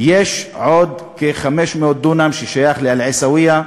יש עוד כ-500 דונם ששייכים לאל-עיסאוויה,